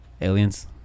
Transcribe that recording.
Aliens